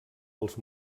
als